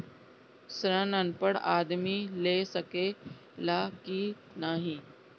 ऋण अनपढ़ आदमी ले सके ला की नाहीं?